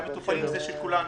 והמטופלים זה של כולנו.